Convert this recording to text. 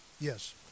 Yes